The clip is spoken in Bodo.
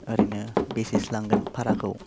ओरैनो बेसेसो लांगोन भाराखौ